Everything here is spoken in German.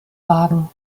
wagen